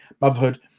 motherhood